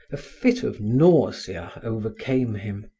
a fit of nausea overcame him.